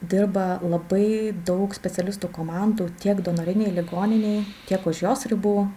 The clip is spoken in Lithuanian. dirba labai daug specialistų komandų tiek donorinėj ligoninėj tiek už jos ribų